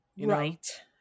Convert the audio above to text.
Right